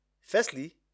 Firstly